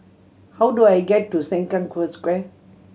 how do I get to Sengkang Square